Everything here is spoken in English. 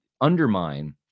undermine